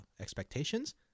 expectations